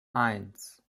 eins